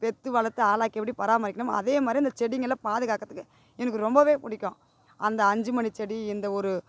பெற்று வளர்த்து ஆளாக்கி எப்படி பராமரிக்கிறமோ அதே மாதிரி அந்த செடிங்களை பாதுகாக்கிறத்துக்கு எனக்கு ரொம்பவே பிடிக்கும் அந்த அஞ்சு மணி செடி இந்த ஒரு